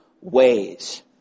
ways